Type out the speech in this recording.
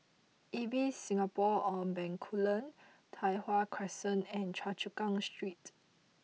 Ibis Singapore on Bencoolen Tai Hwan Crescent and Choa Chu Kang Street